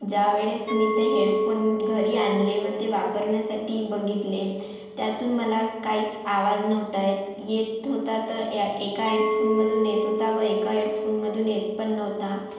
ज्यावेळेस मी ते हेडफोन घरी आणले व ते वापरण्यासाठी बघितले त्यातून मला काहीच आवाज नव्हता येत येत होता तर एका हेडफोनमधून येत होता व एका हेडफोनमधून येत पण नव्हता